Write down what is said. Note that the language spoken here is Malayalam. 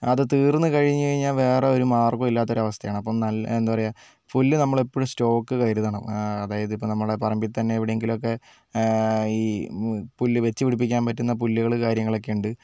അത് തീർന്നുകഴിഞ്ഞുകഴിഞ്ഞാൽ വേറൊരു മാർഗവും ഇല്ലാത്ത അവസ്ഥയാണ് അപ്പം നൽ എന്താണ് പറയുക പുല്ല് നമ്മൾ എപ്പോഴും സ്റ്റോക്ക് കരുതണം അതായത് ഇപ്പം നമ്മുടെ പറമ്പിൽ തന്നെ എവിടെയെങ്കിലുമൊക്കെ ഈ പുല്ല് വെച്ചുപിടിപ്പിക്കാൻ പറ്റുന്ന പുല്ലുകൾ കാര്യങ്ങളൊക്കെയുണ്ട്